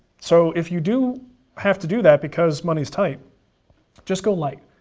so if you do have to do that because money is tight just go light.